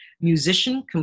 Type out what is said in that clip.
musician